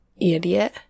Idiot